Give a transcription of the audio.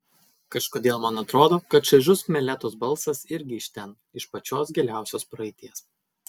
kažkodėl man atrodo kad šaižus meletos balsas irgi iš ten iš pačios giliausios praeities